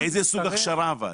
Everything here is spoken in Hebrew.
איזה סוג הכשרה אבל?